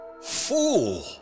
Fool